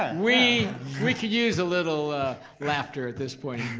we we could use a little laughter at this point